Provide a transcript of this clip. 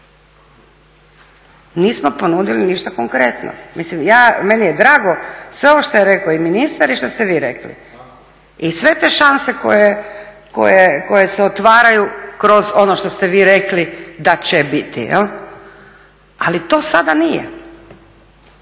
Nismo ponudili ništa konkretno. Meni je drago sve ovo što je rekao i ministar i što ste vi rekli i sve te šanse koje se otvaraju kroz ono što ste vi rekli da će biti, ali to sada nije.